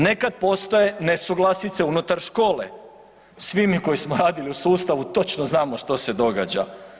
Nekad postoje nesuglasice unutar škole, svi mi koji smo radili u sustavu točno znamo što se događa.